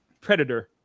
predator